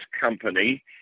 company